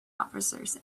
officers